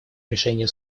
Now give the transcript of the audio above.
решения